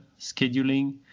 Scheduling